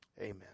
amen